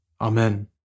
Amen